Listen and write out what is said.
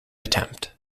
attempt